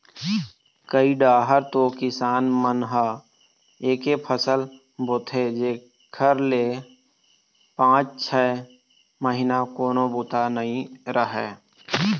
कइ डाहर तो किसान मन ह एके फसल बोथे जेखर ले पाँच छै महिना कोनो बूता नइ रहय